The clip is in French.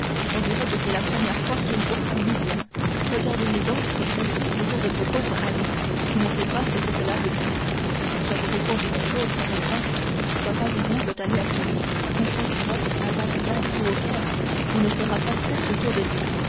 on dirait que c'est la première fois qu'ils voient un nubien regardez-les donc se presser autour de ce pauvre ali qui ne sait pas ce que cela veut dire je vous réponds d'une chose par exemple c'est qu'un parisien peut aller à tunis à constantinople à bagdad ou au caire on ne fera pas cercle autour de lui